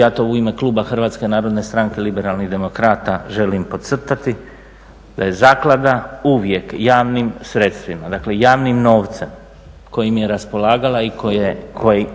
ja to u ime kluba HNS-a liberalnih demokrata želim podcrtati da je zaklada uvijek javnim sredstvima, dakle javnim novcem kojim je raspolagala i koji